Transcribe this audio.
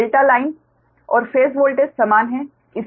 delta line और phase voltage समान है